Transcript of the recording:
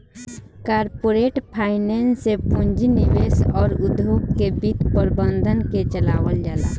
corporate finance से पूंजी निवेश अउर उद्योग के वित्त प्रबंधन के चलावल जाला